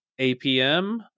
APM